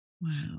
Wow